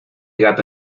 gato